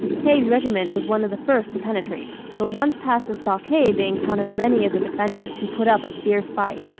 haig's regiment was one of the first to penetrate, but once past the stockade they encountered many of the defenders who put up a fierce fight.